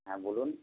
হ্যাঁ বলুন